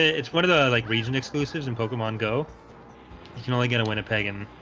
it's one of the like region exclusives in pokemon go you can only gonna win a pagan.